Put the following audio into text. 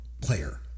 player